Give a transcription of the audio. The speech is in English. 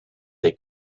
they